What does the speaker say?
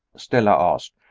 stella asked.